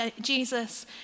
Jesus